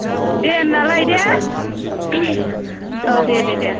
दे होनब्लालाय दे औ दे दे दे